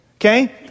Okay